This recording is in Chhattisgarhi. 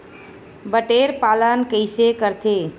बटेर पालन कइसे करथे?